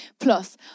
Plus